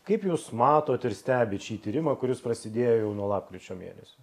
kaip jūs matot ir stebit šį tyrimą kuris prasidėjo jau nuo lapkričio mėnesio